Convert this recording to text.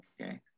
Okay